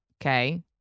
Okay